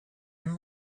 and